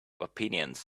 opinions